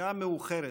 בשעה מאוחרת,